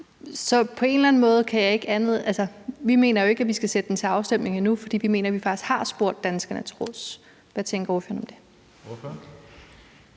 og det var også det, vi selv førte valgkamp for. Vi mener jo ikke, at vi skal sætte det til afstemning endnu, fordi vi mener, at vi faktisk har spurgt danskerne til råds. Hvad tænker ordføreren om det?